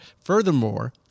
Furthermore